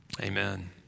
Amen